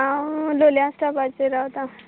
हांव लोलयां स्टोपाचेर रावतां